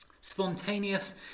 spontaneous